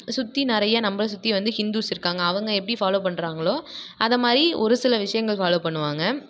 சுற்றி நிறைய நம்மள சுற்றி வந்து ஹிந்துஸ் இருக்காங்க அவங்க எப்படி ஃபாலோ பண்ணுறாங்களோ அது மாதிரி ஒரு சில விஷயங்கள் ஃபாலோ பண்ணுவாங்க